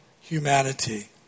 humanity